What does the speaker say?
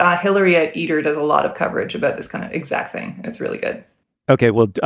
ah hillary at itr does a lot of coverage about this kind of exact thing. that's really good okay. well,